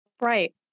Right